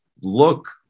look